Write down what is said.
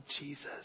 Jesus